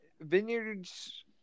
Vineyards